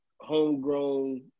homegrown